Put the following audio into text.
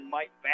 Mike